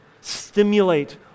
Stimulate